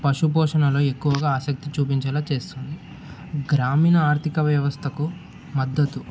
పశు పోషణలో ఎక్కువగా ఆసక్తి చూపించేలా చేస్తుంది గ్రామీణ ఆర్థిక వ్యవస్థకు మద్దతు